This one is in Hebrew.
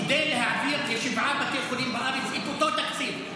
כדי העביר לשבעה בתי חולים בארץ את אותו התקציב,